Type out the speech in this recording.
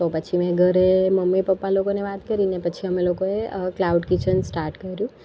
તો પછી મેં ઘરે મમ્મી પપ્પા લોકોને વાત કરીને પછી અમે લોકોએ ક્લાઉડ કિચન સ્ટાર્ટ કર્યું